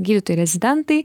gydytojai rezidentai